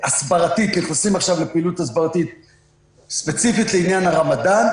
הסברתית, ספציפית לעניין הרמדאן,